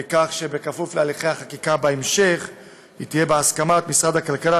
כפוף לכך שבהליכי החקיקה בהמשך היא תהיה בהסכמת משרדי הכלכלה,